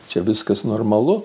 čia viskas normalu